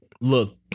look